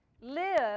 live